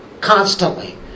constantly